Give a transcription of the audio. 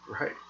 Right